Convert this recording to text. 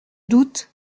doute